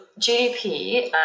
GDP